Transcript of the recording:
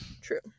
True